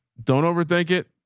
don't overthink it.